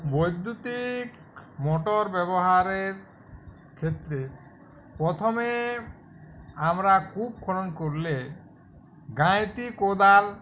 বৈদ্যুতিক মোটর ব্যবহারের ক্ষেত্রে পোথমে আমরা কূপ খনন করলে গাঁয়েতি কোদাল